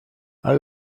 out